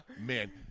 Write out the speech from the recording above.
man